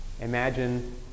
imagine